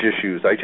issues